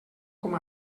com